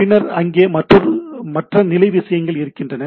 பின்னர் அங்கே மற்றொரு நிலை விஷயங்கள் இருக்கின்றன